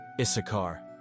Issachar